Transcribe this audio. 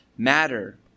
matter